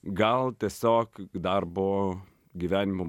gal tiesiog darbo gyvenimu